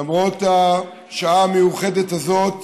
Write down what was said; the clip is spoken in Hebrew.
למרות השעה המיוחדת הזאת,